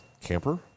camper